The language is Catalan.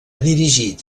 dirigit